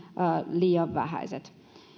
liian vähäiset